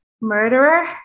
Murderer